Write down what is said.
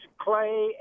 clay